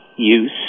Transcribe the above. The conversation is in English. use